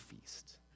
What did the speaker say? feast